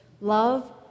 love